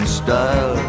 style